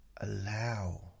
allow